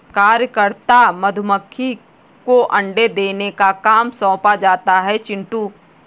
कार्यकर्ता मधुमक्खी को अंडे देने का काम सौंपा जाता है चिंटू